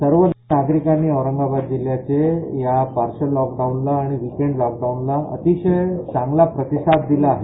सर्व नागरिकांनी औरंगाबाद जिल्ह्यातील या पार्शल लॉकडाऊनला आणि विकेंड लॉकडाऊनला अतिशय चांगला प्रतिसाद दिला आहे